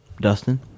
Dustin